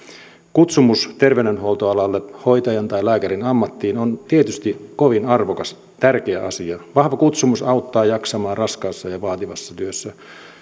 kutsumus terveydenhuoltoalalle hoitajan tai lääkärin ammattiin on tietysti kovin arvokas tärkeä asia vahva kutsumus auttaa jaksamaan raskaassa ja vaativassa työssä